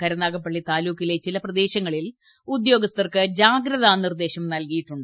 കരുനാഗപ്പള്ളി താലൂക്കിലെ ചില പ്രദേശങ്ങളിൽ ഉദ്യോഗസ്ഥർക്ക് ജാഗ്രതാനിർദ്ദേശം നൽകിയിട്ടുണ്ട്